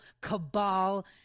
cabal